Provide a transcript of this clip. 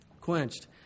Quenched